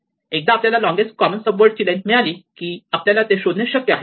एकदा आपल्याला longest common sub word length मिळाली की आपल्याला ते शोधणे शक्य आहे